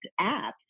apps